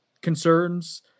concerns